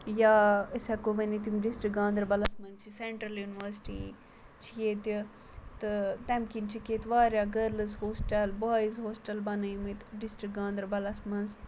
یا أسۍ ہیٚکو ؤنِتھ یِم ڈِسٹرک گاندَربَلَس مَنٛز چھِ سٮ۪نٹرل یونِیوَرسِٹی چھِ ییٚتہِ تہٕ تَمہِ کِنۍ چھِکھ ییٚتہِ واریاہ گٔرلٕز ہوسٹَل بایِز ہوسٹَل بَنٲومٕتۍ ڈِسٹرک گاندَربَلَس مَنٛز